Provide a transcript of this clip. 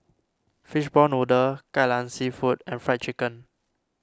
Fishball Noodle Kai Lan Seafood and Fried Chicken